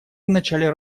вначале